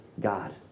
God